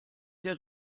der